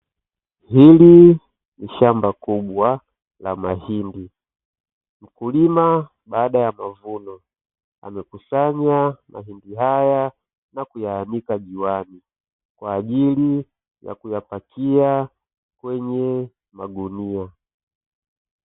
Hili ni shamba kubwa la mahindi, mkulima baada ya mavuno amekusanya mahindi haya na kuyaanika juani kwa ajili ya kuyapakia kwenye magunia.